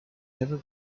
never